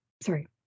sorry